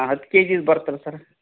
ಹತ್ತು ಕೆ ಜಿದು ಬರುತ್ತಲ ಸರ್